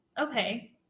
Okay